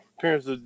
Parents